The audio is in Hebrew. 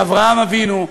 באברהם אבינו,